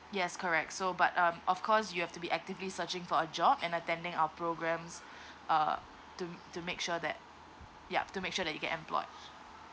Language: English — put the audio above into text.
yes correct so but um of course you have to be actively searching for a job and attending our programs uh to to make sure that yup to make sure that you get employed